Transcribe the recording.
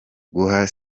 guha